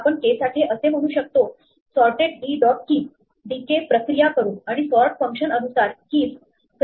आपण k साठी असे म्हणू शकतो sorted d dot keys d k प्रक्रिया करून आणि सॉर्ट फंक्शन अनुसार keys क्रमवारीने लावून देईल